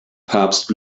papst